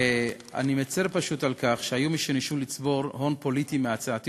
ואני מצר על כך שהיו מי שניסו לצבור הון פוליטי מהצעתי,